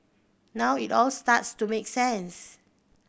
now it all starts to make sense